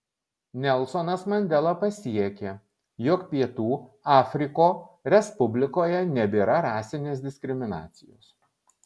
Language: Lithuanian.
nelsonas mandela pasiekė jog pietų afriko respublikoje nebėra rasinės diskriminacijos